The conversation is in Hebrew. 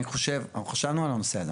אני חושב, אנחנו חשבנו על הנושא הזה.